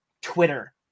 Twitter